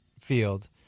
field